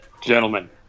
gentlemen